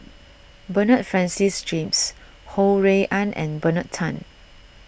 Bernard Francis James Ho Rui An and Bernard Tan